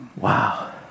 Wow